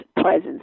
presence